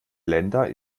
länder